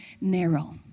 narrow